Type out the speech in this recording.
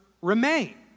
remain